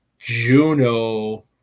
Juno